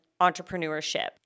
entrepreneurship